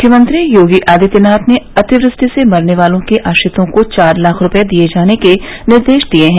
मुख्यमंत्री योगी आदित्यनाथ ने अतिवृष्टि से मरने वालों के आश्रितों को चार लाख रूपये दिये जाने के निर्देश दिये है